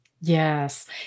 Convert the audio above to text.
Yes